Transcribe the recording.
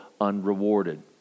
unrewarded